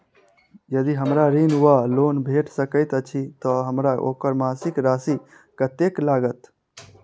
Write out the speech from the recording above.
यदि हमरा ऋण वा लोन भेट सकैत अछि तऽ हमरा ओकर मासिक राशि कत्तेक लागत?